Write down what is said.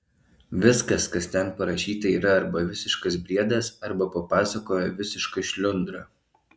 viskas kas ten parašyta yra arba visiškas briedas arba papasakojo visiška šliundra